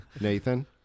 Nathan